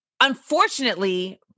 unfortunately